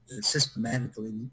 systematically